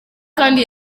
kandi